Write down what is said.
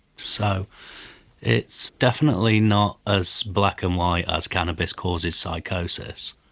so it's definitely not as black and white as cannabis causes psychosis.